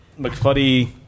McFuddy